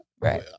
Right